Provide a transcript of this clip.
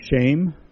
shame